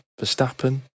Verstappen